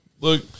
Look